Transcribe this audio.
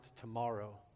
tomorrow